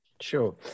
Sure